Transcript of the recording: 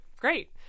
great